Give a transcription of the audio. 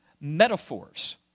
metaphors